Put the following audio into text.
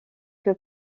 que